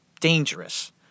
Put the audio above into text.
dangerous